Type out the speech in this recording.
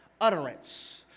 utterance